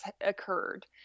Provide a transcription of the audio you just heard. occurred